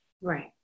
Right